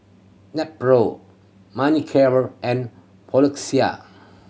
Nepro Manicare and Floxia